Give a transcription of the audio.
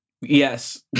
Yes